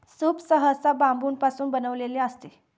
soup सहसा बांबूपासून बनविलेले असते